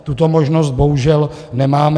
Tuto možnost bohužel nemáme.